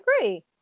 agree